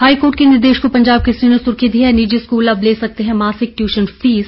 high court के निर्देश को पंजाब केसरी ने सुर्खी दी है निजी स्कूल अब ले सकते हैं मासिक ट्यूशन फीस